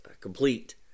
complete